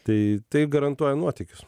tai garantuoja nuotykius